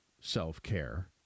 self-care